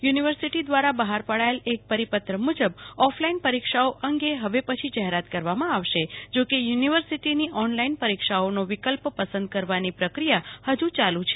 university દ્રારા બહાર પડાયેલ એક પરિપત્ર મુજબ ઓફલાઈન પરીક્ષાઓ અંગે હવે પછી જાહેરાત કરવામાં આવશે જો કે યુ નિવર્સિટીની ઓનલાઈન પરીક્ષાઓનો વિકલ્પ પસંદ કરવાની પ્રક્રિયા હજુ ચાલુ છે